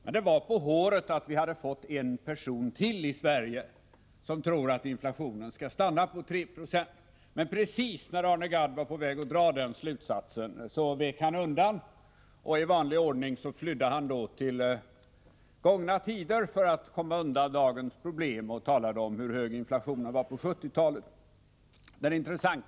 Men det var på ett hår när att vi hade fått en person till i Sverige som tror att inflationen skall stanna på 3 26. Precis när Arne Gadd var på väg att dra den slutsatsen om inflationen vek han emellertid undan, och i vanlig ordning flydde han då till gångna tider för att komma ifrån dagens problem och talade om hur hög inflationen var på 1970-talet.